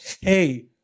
Hey